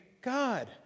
God